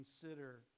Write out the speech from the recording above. consider